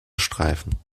streifen